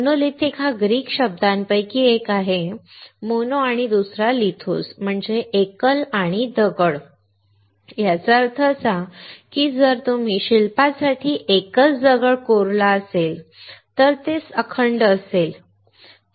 monolithic हा Greek शब्दांपैकी एक आहे मोनो आणि दुसरा लिथोस म्हणजे एकल आणि दगड याचा अर्थ असा की जर तुम्ही शिल्पासाठी एकच दगड कोरला असेल तर ते अखंड आहे ठीक आहे